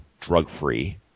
drug-free